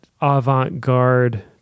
avant-garde